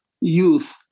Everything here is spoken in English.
youth